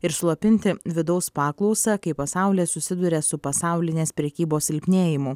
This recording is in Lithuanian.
ir slopinti vidaus paklausą kai pasaulis susiduria su pasaulinės prekybos silpnėjimu